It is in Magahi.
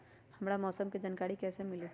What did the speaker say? हमरा मौसम के जानकारी कैसी मिली?